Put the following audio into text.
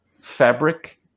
fabric